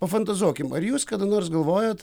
pafantazuokim ar jūs kada nors galvojot